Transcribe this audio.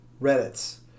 Reddit's